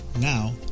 Now